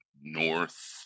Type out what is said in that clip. North